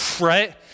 Right